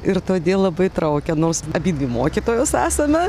ir todėl labai traukia nors abidvi mokytojos esame